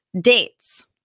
dates